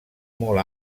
molt